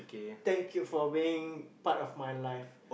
thank you for being part of my life